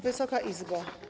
Wysoka Izbo!